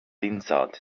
insult